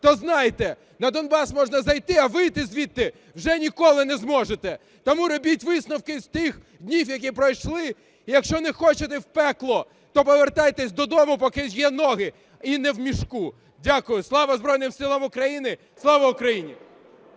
то знайте, на Донбас можна зайти, а вийти звідти вже ніколи не зможете. Тому робіть висновки з тих днів, які пройшли. І якщо не хочете в пекло, то повертайтесь додому, поки є ноги і не в мішку. Дякую. Слава Збройним Силам України! Слава Україні!